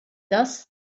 das